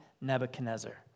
Nebuchadnezzar